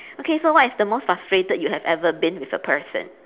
okay so what is the most frustrated you have ever been with a person